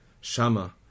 Shama